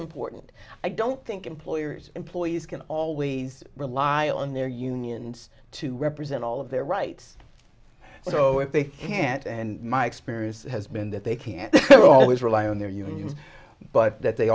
important i don't think employers employees can always rely on their unions to represent all of their rights so if they can't and my experience has been that they can't always rely on their union but that they